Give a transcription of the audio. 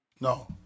No